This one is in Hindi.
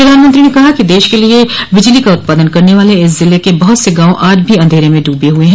प्रधानमंत्री ने कहा कि देश के लिये बिजली का उत्पादन करने वाले इस जिले के बहुत से गांव आज भी अंधेरे में डूबे हुए हैं